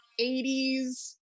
80s